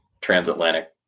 transatlantic